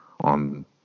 on